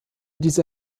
diese